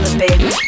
baby